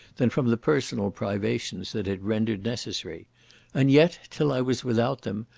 than from the personal privations that it rendered necessary and yet, till i was without them,